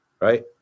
right